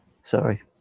Sorry